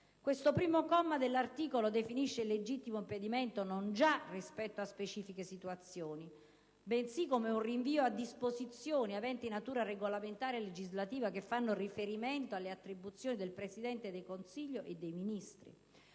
Il comma 1 dell'articolo 1 definisce il legittimo impedimento non già rispetto a specifiche situazioni, bensì come un rinvio a disposizioni aventi natura regolamentare e legislativa che fanno riferimento alle attribuzioni del Presidente del Consiglio e dei Ministri,